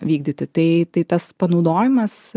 vykdyti tai tai tas panaudojimas